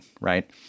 right